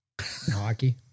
Hockey